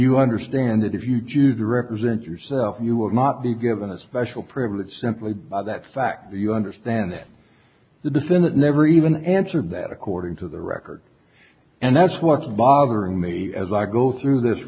you understand that if you do the represent yourself you will not be given a special privilege simply by that fact that you understand that the defendant never even answered that according to the record and that's what's bothering me as i go through this